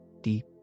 deep